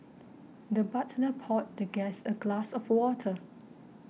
the butler poured the guest a glass of water